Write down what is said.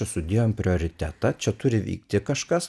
sudėjom prioritetą čia turi vykti kažkas